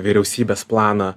vyriausybės planą